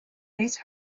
these